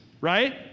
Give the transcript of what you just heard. right